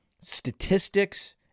statistics